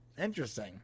interesting